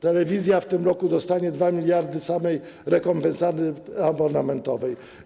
Telewizja w tym roku dostanie 2 mld samej rekompensaty abonamentowej.